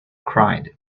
cried